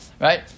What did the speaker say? Right